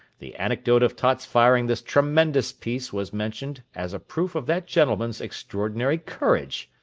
the anecdote of tott's firing this tremendous piece was mentioned as a proof of that gentleman's extraordinary courage.